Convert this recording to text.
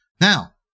Now